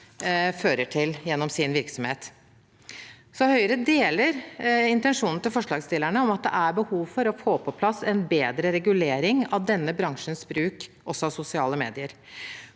bidrar til gjennom sin virksomhet. Høyre deler intensjonen til forslagsstillerne om at det er behov for å få på plass en bedre regulering av denne bransjens bruk av sosiale medier.